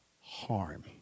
harm